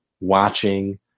watching